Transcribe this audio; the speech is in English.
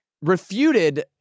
refuted